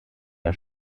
der